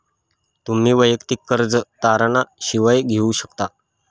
तुम्ही वैयक्तिक कर्ज तारणा शिवाय घेऊ शकता